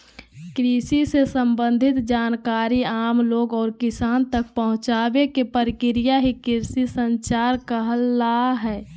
कृषि से सम्बंधित जानकारी आम लोग और किसान तक पहुंचावे के प्रक्रिया ही कृषि संचार कहला हय